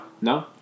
no